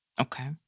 Okay